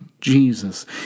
Jesus